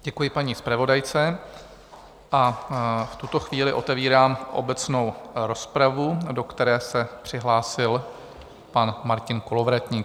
Děkuji paní zpravodajce a v tuto chvíli otevírám obecnou rozpravu, do které se přihlásil pan Martin Kolovratník.